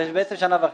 זה שנה וחצי.